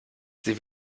sie